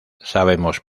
sabemos